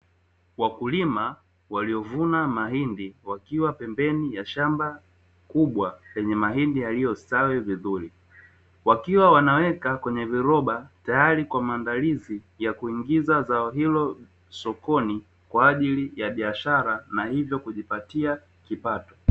Wakulima waliovuna mahindi wakiwa pembeni ya shamba kubwa lenye mahindi yaliyostawi vizuri, wakiwa wanaweka kwenye viroba, tayari kwa maandalizi ya kuingiza zao hilo sokoni kwa ajili ya biashara na hivyo kujipatia kipato.